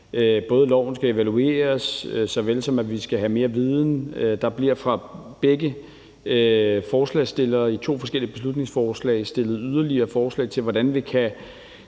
at loven skal evalueres, såvel som at vi skal have mere viden. Der bliver af begge forslagsstillere i to forskellige beslutningsforslag stillet yderligere forslag til, hvordan vi kan